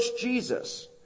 Jesus